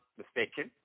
mistaken